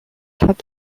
hat